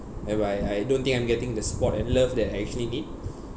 whereby I don't think I'm getting the support and love that I actually need